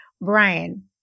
brian